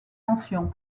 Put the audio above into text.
mentions